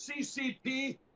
ccp